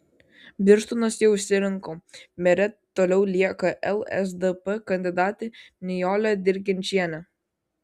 birštonas jau išsirinko mere toliau lieka lsdp kandidatė nijolė dirginčienė